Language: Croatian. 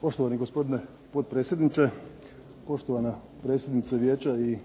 Poštovani gospodine potpredsjedniče, poštovana predsjednice Vijeća i